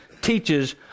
teaches